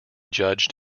judged